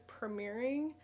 premiering